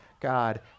God